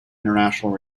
international